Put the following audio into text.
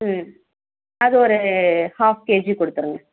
ம் அது ஒரு ஹாஃப் கேஜி கொடுத்துருங்க